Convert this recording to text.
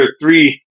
three